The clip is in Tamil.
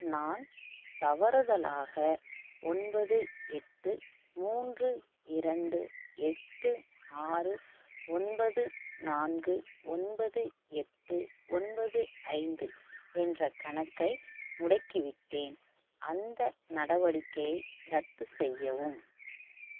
நான் தவறுதலாக ஒன்பது எட்டு மூன்று இரண்டு எட்டு ஆறு ஒன்பது நான்கு ஒன்பது எட்டு ஒன்பது ஐந்து என்ற கணக்கை முடக்கிவிட்டேன் அந்த நடவடிக்கையை ரத்து செய்யவும்